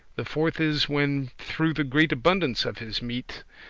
the fourth is, when, through the great abundance of his meat,